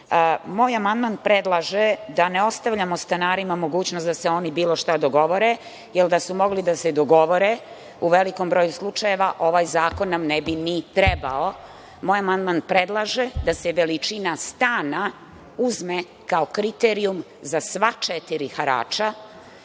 amandman predlaže da ne ostavljamo stanarima mogućnost da se oni bilo šta dogovore, jer da su mogli da se dogovore, u velikom broju slučajeva, ovaj zakon nam ne bi ni trebao. Moj amandman predlaže da se veličina stana uzme kao kriterijum za sva četiri harača,